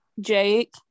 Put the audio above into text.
Jake